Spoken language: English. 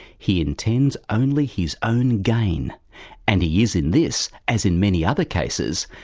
he intends only his own gain and he is in this, as in many other cases,